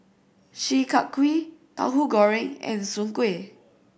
Chi Kak Kuih Tauhu Goreng and Soon Kuih